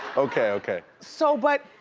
okay, okay. so but,